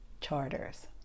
charters